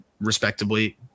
respectably